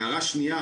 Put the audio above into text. הערה שניה,